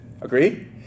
Agree